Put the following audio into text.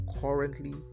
currently